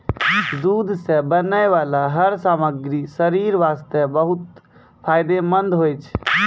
दूध सॅ बनै वाला हर सामग्री शरीर वास्तॅ बहुत फायदेमंंद होय छै